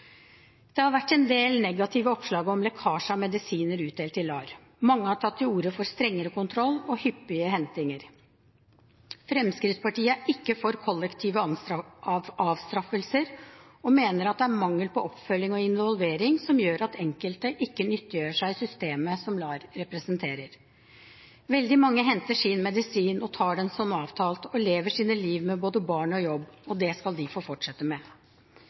Det har vært en del negative oppslag om lekkasje av medisiner utdelt i LAR. Mange har tatt til orde for strengere kontroll og hyppige hentinger. Fremskrittspartiet er ikke for kollektive avstraffelser og mener det er mangel på oppfølging og involvering som gjør at enkelte ikke nyttiggjør seg systemet som LAR representerer. Veldig mange henter sin medisin og tar den som avtalt, og lever sine liv med både barn og jobb, og det skal de få fortsette med.